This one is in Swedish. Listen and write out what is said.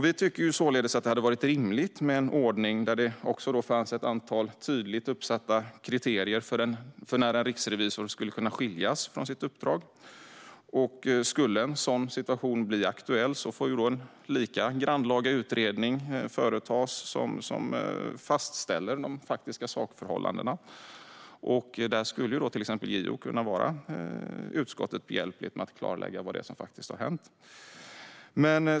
Vi tycker således att det hade varit rimligt med en ordning med ett antal tydligt uppsatta kriterier för när en riksrevisor skulle kunna skiljas från sitt uppdrag. Skulle en sådan situation bli aktuell får en lika grannlaga utredning företas som fastställer de faktiska sakförhållandena. Där skulle till exempel JO kunna vara utskottet behjälplig med att klarlägga vad det är som faktiskt har hänt.